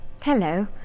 hello